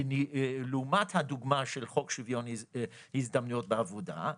לעומת הדוגמה של חוק שוויון הזדמנויות בעבודה,